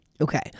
Okay